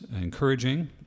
encouraging